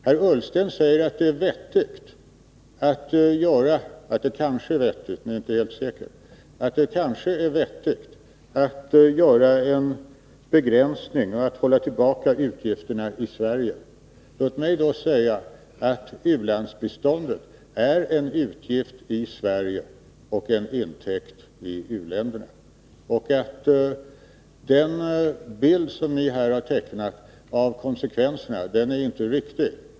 Herr Ullsten säger att det kanske — men inte helt säkert — är vettigt att göra en begränsning och hålla tillbaka utgifterna i Sverige. Låt mig då säga att u-landsbiståndet är en utgift i Sverige och en intäkt i u-länderna. Den bild som ni här har tecknat av konsekvenserna är inte riktig.